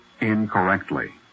Incorrectly